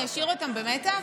אני אשאיר אותם במתח?